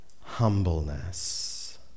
Humbleness